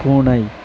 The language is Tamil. பூனை